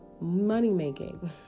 money-making